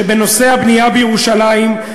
שבנושא הבנייה בירושלים,